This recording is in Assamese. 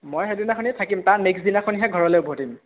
মই সেইদিনাখনেই থাকিম তাৰ নেক্সট দিনাখনহে ঘৰলৈ উভতিম